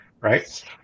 right